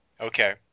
Okay